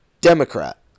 Democrat